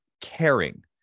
caring